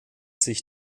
sich